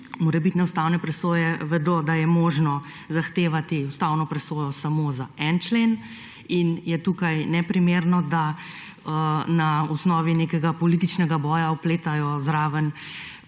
morebitne ustavne presoje vedo, da je možno zahtevati ustavno presojo samo za en člen, in je tukaj neprimerno, da na osnovi nekega političnega boja vpletajo zraven